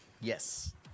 Yes